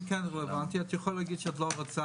זה כן רלוונטי ואני יכול להגיד שאת לא רוצה.